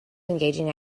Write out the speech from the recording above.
engaging